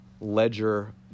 ledger